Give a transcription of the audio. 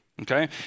Okay